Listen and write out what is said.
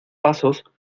pasos